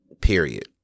period